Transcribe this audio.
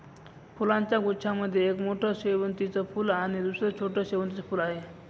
फुलांच्या गुच्छा मध्ये एक मोठं शेवंतीचं फूल आणि दुसर छोटं शेवंतीचं फुल आहे